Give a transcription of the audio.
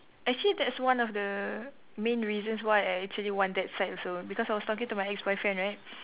actually that's one of the main reasons why I actually want that side also because I was talking to my ex-boyfriend right